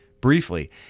Briefly